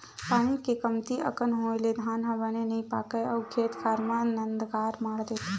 पानी के कमती अकन होए ले धान ह बने नइ पाकय अउ खेत खार म दनगरा मार देथे